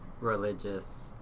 religious